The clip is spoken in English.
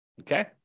okay